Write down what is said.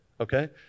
Okay